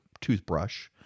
toothbrush